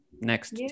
next